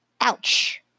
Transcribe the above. Ouch